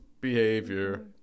behavior